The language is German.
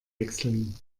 wechseln